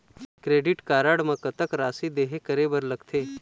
Credit card म कतक राशि देहे करे बर लगथे?